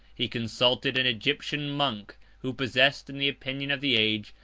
he consulted an egyptian monk, who possessed, in the opinion of the age,